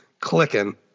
clicking